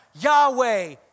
Yahweh